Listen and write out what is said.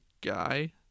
guy